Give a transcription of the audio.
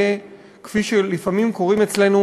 כפי שלפעמים קוראים אצלנו,